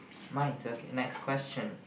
mine is okay next question